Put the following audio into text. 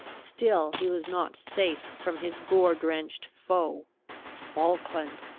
still he was not safe from his gore-drenched foe falkland!